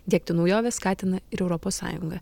diegti naujoves skatina ir europos sąjunga